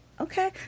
Okay